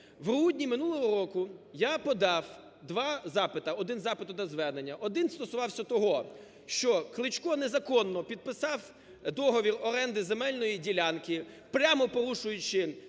В грудні минулого року я подав два запита, один запит, одне звернення. Один стосувався того, що Кличко незаконно підписав договір оренди земельної ділянки, прямо порушуючи